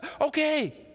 okay